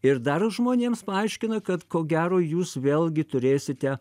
ir dar žmonėms paaiškina kad ko gero jūs vėlgi turėsite